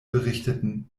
berichten